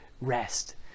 rest